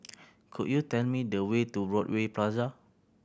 could you tell me the way to Broadway Plaza